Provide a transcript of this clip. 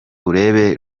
urebe